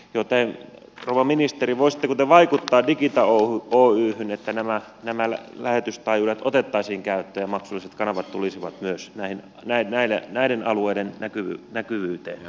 rouva ministeri voisitteko te vaikuttaa digita oyhyn että nämä lähetystaajuudet otettaisiin käyttöön ja maksulliset kanavat tulisivat myös näiden alueiden näkyvyyteen